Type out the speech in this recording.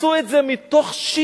עשו את זה מתוך שעמום.